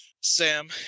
Sam